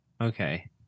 Okay